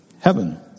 heaven